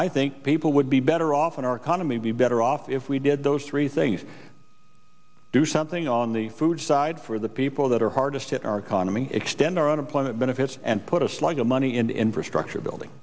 i think people would be better off in our economy be better off if we did those three things do something on the food side for the people that are hardest hit our economy extend our unemployment benefits and put a slug of money into infrastructure building